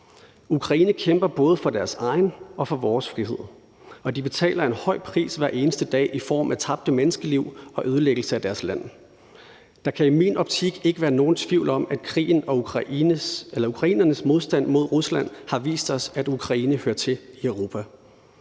Ukraine kæmper både for deres egen og for vores frihed, og de betaler en høj pris hver eneste dag i form af tabte menneskeliv og ødelæggelse af deres land. Der kan i min optik ikke være nogen tvivl om, at krigen og ukrainernes modstand mod Rusland har vist os, at Ukraine hører til i Europa.